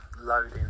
loading